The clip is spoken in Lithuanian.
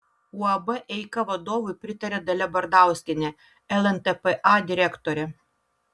uab eika vadovui pritaria dalia bardauskienė lntpa direktorė